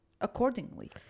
accordingly